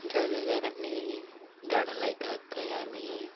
ज्या जाग्यार आमी झाडां लायतात थंय आमी